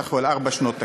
סך הכול ארבע שנות תקציב.